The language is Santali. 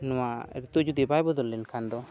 ᱱᱚᱣᱟ ᱨᱤᱛᱩ ᱡᱩᱫᱤ ᱵᱟᱭ ᱵᱚᱫᱚᱞ ᱞᱮᱱᱠᱷᱟᱱ ᱫᱚ